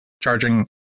charging